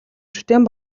шүтээн